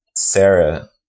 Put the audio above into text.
sarah